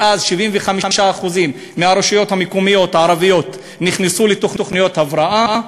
ואז 75% מהרשויות המקומיות הערביות נכנסו לתוכניות הבראה,